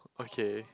okay